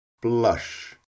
blush